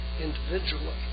individually